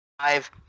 five